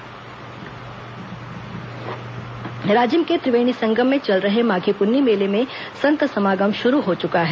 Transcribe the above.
राजिम संत समागम राजिम के त्रिवेणी संगम में चल रहे माघी पुन्नी मेले में संत समागम शुरू हो चुका है